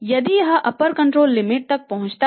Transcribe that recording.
यदि यह upper control limit पर पहुंच जाता है